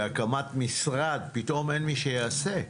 בהקמת משרד פתאום אין מי שיעשה.